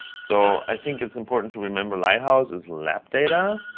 so i think it's important to remember lighthouse is lab data.